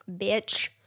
Bitch